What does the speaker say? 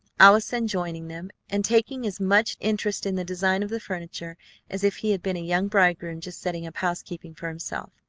allison joining them, and taking as much interest in the design of the furniture as if he had been a young bridegroom just setting up housekeeping for himself.